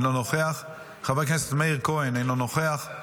אינו נוכח, חבר הכנסת מאיר כהן, אינו נוכח,